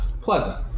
pleasant